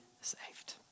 saved